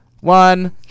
one